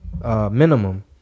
minimum